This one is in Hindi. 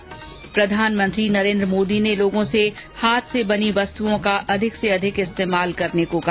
्र प्रधानमंत्री नरेन्द्र मोदी ने लोगों से हाथ से बनी वस्तुओं का अधिक से अधिक इस्तेमाल करने को कहा